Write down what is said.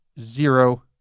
zero